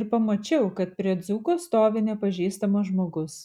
ir pamačiau kad prie dzūko stovi nepažįstamas žmogus